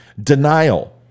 Denial